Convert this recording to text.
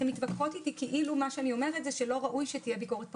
אתן מתווכחות איתי כאילו אני אומרת שלא ראוי שתהיה ביקורת פרלמנטרית.